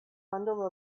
bundle